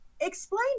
explain